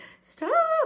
Stop